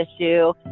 issue